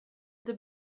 inte